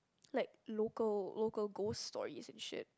like local local ghost stories and shit